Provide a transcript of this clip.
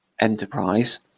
enterprise